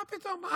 מה פתאום.